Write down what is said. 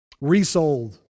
resold